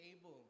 able